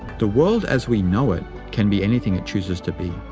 the world as we know it can be anything it chooses to be,